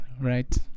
right